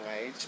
age